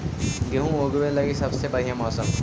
गेहूँ ऊगवे लगी सबसे बढ़िया मौसम?